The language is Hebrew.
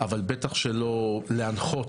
אבל בטח שלא להנחות,